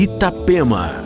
Itapema